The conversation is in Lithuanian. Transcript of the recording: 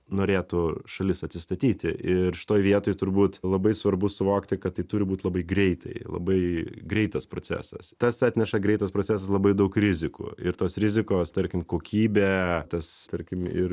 norėtų šalis atsistatyti ir šitoj vietoj turbūt labai svarbu suvokti kad tai turi būt labai greitai labai greitas procesas tas atneša greitas procesas labai daug rizikų ir tos rizikos tarkim kokybė tas tarkim ir